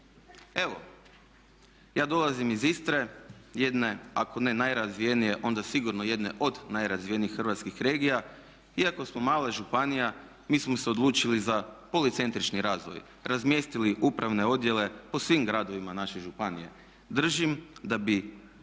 Evo, ja dolazim iz Istre, jedne ako ne najrazvijenije onda sigurno jedne od najrazvijenijih hrvatskih regija. Iako smo mala županija mi smo se odlučili za policentrični razvoj. Razmjestili smo upravne odjele po svim gradovima naše županije. Držim da bi